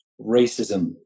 racism